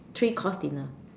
three course dinner